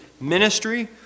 ministry